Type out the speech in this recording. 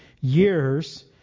years